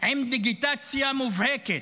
עם דיגיטציה מובהקת,